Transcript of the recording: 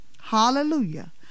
Hallelujah